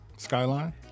Skyline